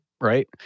right